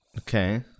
Okay